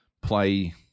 play